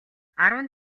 арван